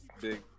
big